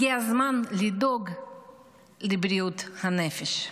הגיע הזמן לדאוג לבריאות הנפש.